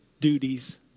duties